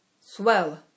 Swell